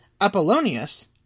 Apollonius